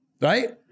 Right